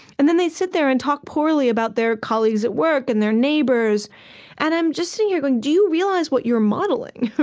and then they'd sit there and talk poorly about their colleagues at work and their neighbors and i'm just sitting here going, do you realize what you're modeling?